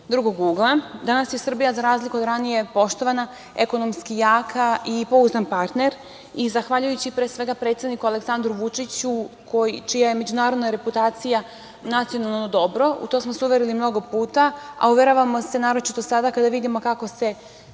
drugog ugla, danas je Srbija, za razliku od ranije, poštovana, ekonomski jaka i pouzdan partner, zahvaljujući, pre svega, predsedniku Aleksandru Vučiću, čija je međunarodna reputacija nacionalno dobro. U to smo se uverili mnogo puta, a uveravamo se naročito sada kada vidimo kako se